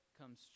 comes